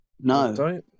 No